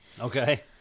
okay